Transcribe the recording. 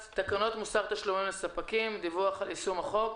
תקנות מוסר תשלומים לספקים (דיווח על יישום החוק),